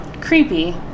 creepy